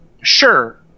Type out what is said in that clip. sure